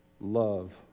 love